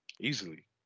easily